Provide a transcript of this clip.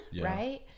right